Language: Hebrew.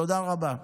תודה רבה.